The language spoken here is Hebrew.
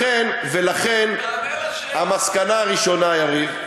לכן, המסקנה הראשונה, יריב,